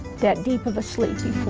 that deep of a sleep to.